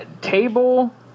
table